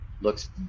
looks